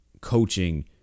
coaching